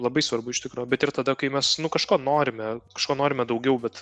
labai svarbu iš tikro bet ir tada kai mes nu kažko norime kažko norime daugiau bet